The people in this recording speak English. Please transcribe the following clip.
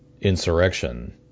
Insurrection